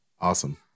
Awesome